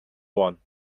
one